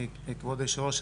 כבוד יושב הראש,